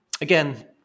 Again